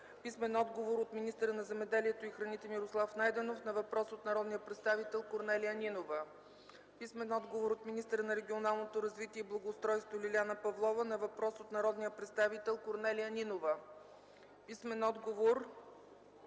Плугчиева; - от министъра на земеделието и храните Мирослав Найденов на въпрос от народния представител Корнелия Нинова; - от министъра на регионалното развитие и благоустройството Лиляна Павлова на въпрос от народния представител Корнелия Нинова; - от